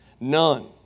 None